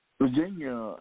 Virginia